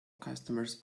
customers